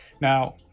Now